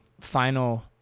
final